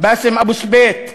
באסם אבו סבית,